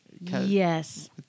Yes